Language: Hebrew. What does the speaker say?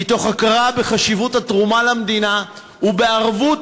מתוך הכרה בחשיבות התרומה למדינה ובערבות